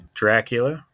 dracula